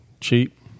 cheap